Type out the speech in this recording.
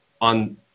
on